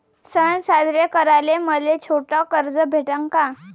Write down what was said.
सन साजरे कराले मले छोट कर्ज भेटन का?